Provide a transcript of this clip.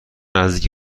نزدیک